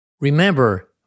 Remember